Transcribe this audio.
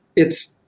it's